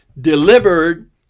delivered